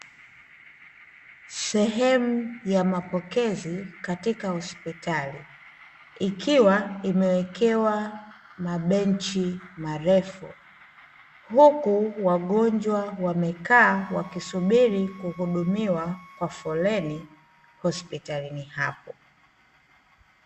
Sehemu ya mapokezi katika hospitali ikiwa imewekewa mabenchi marefu, huku wagonjwa wamekaa wakisubiri kuhudumiwa kwa foleni hospitalini hapo.